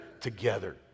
together